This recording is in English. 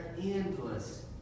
endless